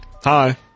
Hi